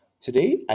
Today